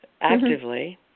actively